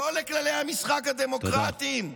לא לכללי המשחק הדמוקרטיים.